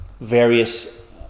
various